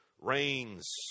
rains